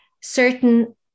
certain